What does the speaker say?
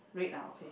red ah okay